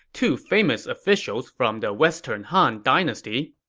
two famous officials from the western han dynasty.